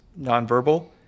nonverbal